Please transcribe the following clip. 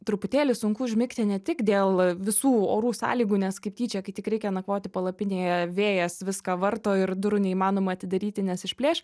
truputėlį sunku užmigti ne tik dėl visų orų sąlygų nes kaip tyčia kai tik reikia nakvoti palapinėje vėjas viską varto ir durų neįmanoma atidaryti nes išplėš